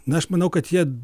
na aš manau kad jie